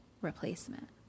replacement